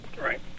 Right